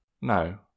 No